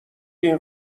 این